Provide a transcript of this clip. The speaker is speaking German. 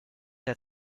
der